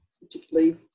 particularly